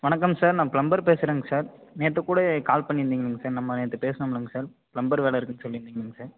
வணக்கம் சார் நான் ஃப்ளம்பர் பேசுகிறேங்க சார் நேற்று கூட கால் பண்ணிருந்திங்கள்ல சார் நம்ம நேற்று பேசினோம் இல்லைங்க சார் ஃப்ளம்பர் வேலை இருக்குதுன்னு சொல்லிருந்திங்கள்ல சார்